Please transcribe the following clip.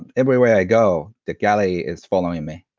and everywhere i go the galley is following me.